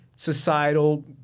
Societal